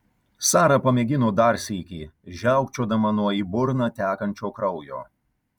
sara pamėgino dar sykį žiaukčiodama nuo į burną tekančio kraujo